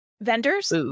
vendors